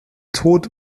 tod